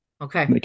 Okay